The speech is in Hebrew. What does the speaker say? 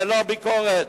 ללא ביקורת,